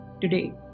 today